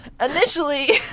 initially